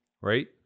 Right